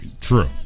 True